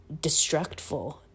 destructful